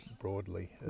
broadly